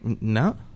No